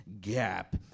Gap